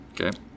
Okay